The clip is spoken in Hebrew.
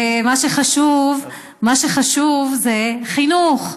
מה שחשוב זה חינוך,